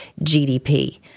GDP